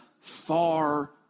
far